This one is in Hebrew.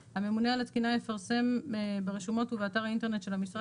(ב) הממונה על התקינה יפרסם ברשומות ובאתר האינטרנט של המשרד